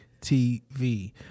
TV